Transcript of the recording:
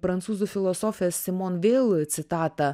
prancūzų filosofės simon veil citatą